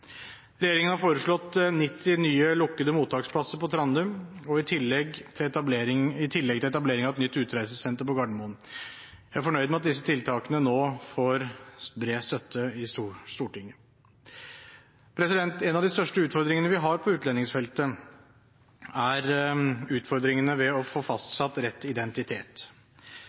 Regjeringen har foreslått 90 nye lukkede mottaksplasser på Trandum i tillegg til etablering av et nytt utreisesenter på Gardermoen. Jeg er fornøyd med at disse tiltakene nå får bred støtte i Stortinget. En av de største utfordringene vi har på utlendingsfeltet, er utfordringene med å få fastsatt rett identitet.